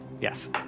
Yes